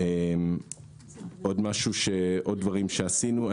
עוד דברים שעשינו.